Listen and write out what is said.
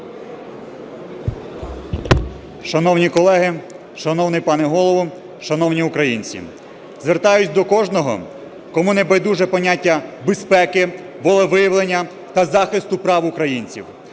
Шановні колеги, шановний пане Голово, шановні українці! Звертаюсь до кожного, кому не байдуже поняття безпеки, волевиявлення та захисту прав українців.